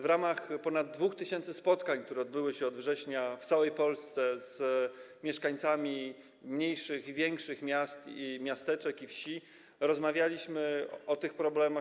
W ramach ponad 2 tys. spotkań, które odbyły się od września w całej Polsce z mieszkańcami mniejszych i większych miast, miasteczek i wsi, rozmawialiśmy o tych problemach.